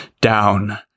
down